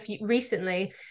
recently